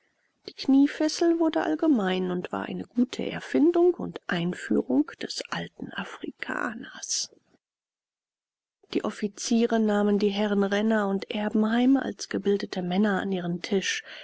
die kniefessel wurde allgemein und war eine gute erfindung und einführung des alten afrikaners die offiziere nahmen die herren renner und erbenheim als gebildete männer an ihren tisch